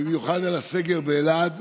במיוחד הסגר באלעד.